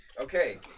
Okay